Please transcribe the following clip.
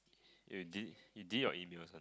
you de~ you delete your emails